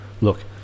look